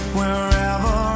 wherever